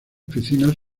piscinas